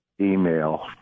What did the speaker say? email